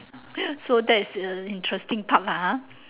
so that is a interesting part lah ah